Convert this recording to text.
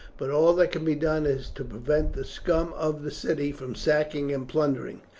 but all that can be done is to prevent the scum of the city from sacking and plundering.